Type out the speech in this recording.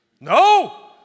No